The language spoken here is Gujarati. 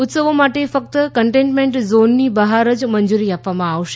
ઉત્સવો માટે ફક્ત કન્ટેન્ટ ઝોનની બહાર જ મંજૂરી આપવામાં આવશે